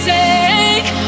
take